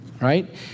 right